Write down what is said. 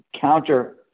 counter